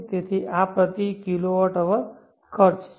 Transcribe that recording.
તેથી આ પ્રતિ kWH ખર્ચ છે